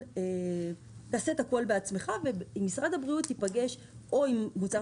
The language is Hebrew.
תעשה הכול בעצמך ומשרד הבריאות ייפגש אם מוצר